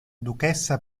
duchessa